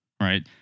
Right